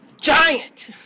giant